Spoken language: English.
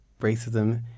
Racism